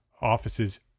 offices